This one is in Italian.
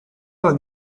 alla